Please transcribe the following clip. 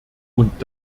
und